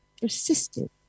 persisted